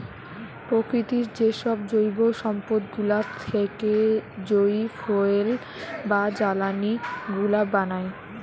প্রকৃতির যেসব জৈব সম্পদ গুলা থেকে যই ফুয়েল বা জ্বালানি গুলা বানায়